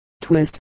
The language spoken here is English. twist